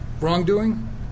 wrongdoing